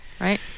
right